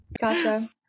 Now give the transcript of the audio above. Gotcha